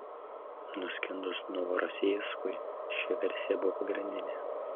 nuskendus novorosijskui ši versija buvo pagrindinė